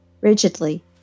rigidly